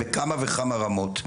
בכמה וכמה רמות.